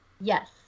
Yes